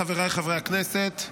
חבריי חברי הכנסת,